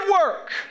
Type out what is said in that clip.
work